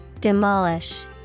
Demolish